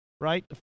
Right